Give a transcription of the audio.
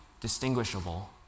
distinguishable